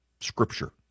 scripture